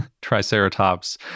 Triceratops